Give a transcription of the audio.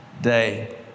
day